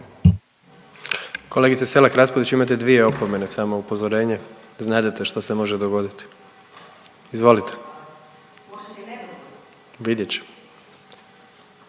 Kolegice Selak Raspudić imate dvije opomene, samo upozorenje znadete što se može dogoditi. Izvolite. Vidjet ću.